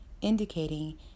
indicating